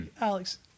Alex